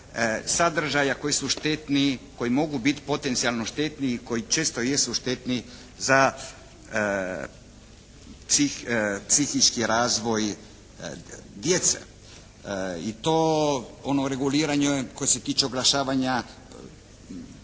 sadržaja koji su štetni, koji mogu biti potencijalno štetni i koji često jesu štetni za psihički razvoj djece i to ono reguliranje koje se tiče oglašavanja